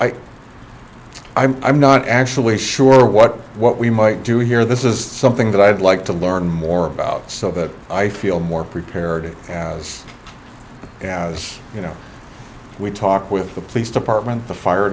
i'm not actually sure what what we might do here this is something that i'd like to learn more about so that i feel more prepared as you know we talk with the police department the fire